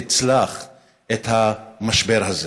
תצלח את המשבר הזה.